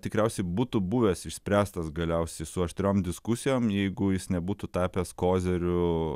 tikriausiai būtų buvęs išspręstas galiausiai su aštriom diskusijom jeigu jis nebūtų tapęs koziriu